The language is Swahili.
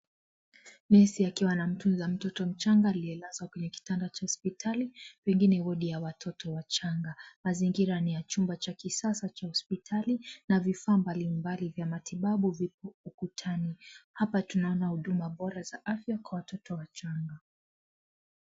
Nesi akiwa anamtunza mtoto mchanga aliyelazwa kwenye kitanda cha hospitali, pengine wodi ya watoto wachanga. Mazingira ni ya chumba cha kisasa cha hospitali na vifaa mbalimbali vya matibabu vipo ukutani. Hapa, tunaona huduma bora za afya kwa watoto wachanga.